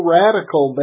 radical